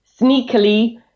sneakily